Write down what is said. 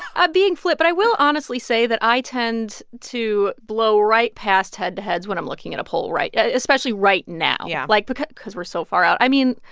i'm being flip. but i will honestly say that i tend to blow right past head-to-heads when i'm looking at a poll right? especially right now yeah like, because because we're so far out. i mean,